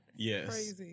Yes